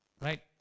right